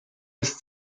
ist